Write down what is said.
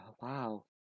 Wow